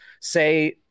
say